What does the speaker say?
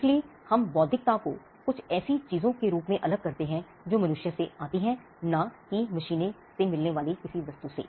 इसलिए हम बौद्धिकता को कुछ ऐसी चीज़ों के रूप में अलग करते हैं जो मनुष्य से आती हैं न कि मशीनों से मिलने वाली किसी वस्तु से